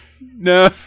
No